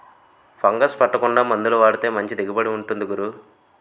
fungus పట్టకుండా మందులు వాడితే మంచి దిగుబడి ఉంటుంది గురూ